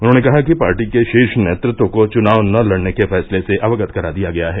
उन्होंने कहा कि पार्टी के शीर्ष नेतृत्व को चुनाव न लड़ने के फैसले से अवगत करा दिया है